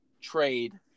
trade